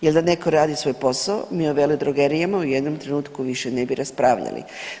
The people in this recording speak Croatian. Jer da netko radi svoj posao, mi o veledrogerijama u jednom trenutku više ne bi raspravljali.